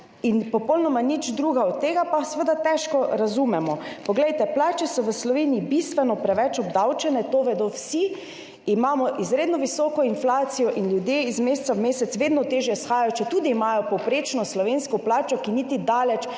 in popolnoma nič drugega razen tega, pa seveda težko razumemo. Plače so v Sloveniji bistveno preveč obdavčene, to vedo vsi. Imamo izredno visoko inflacijo in ljudje iz meseca v mesec vedno težje shajajo, četudi imajo povprečno slovensko plačo, ki še zdaleč